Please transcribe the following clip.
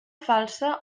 falsa